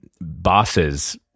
bosses